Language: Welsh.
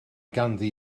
ganddi